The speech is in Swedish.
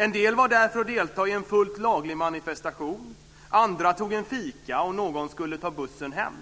En del var där för att delta i en fullt laglig manifestation, andra tog en fika, och någon skulle ta bussen hem.